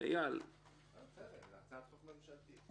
זו הצעת חוק ממשלתית.